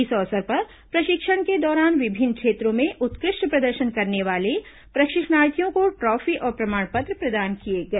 इस अवसर पर प्रशिक्षण के दौरान विभिन्न क्षेत्रों में उत्कृष्ट प्रदर्शन करने वाले प्रशिक्षणार्थियों को द्र ॉफी और प्रमाण पत्र प्रदान किए गए